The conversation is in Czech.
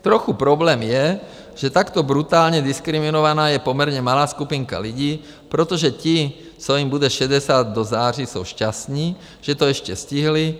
Trochu problém je, že takto brutálně diskriminovaná je poměrně malá skupinka lidí, protože ti, co jim bude 60 do září, jsou šťastní, že to ještě stihli.